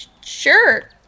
Sure